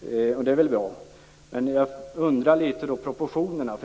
Det låter väl bra, men jag undrar litet över proportionerna.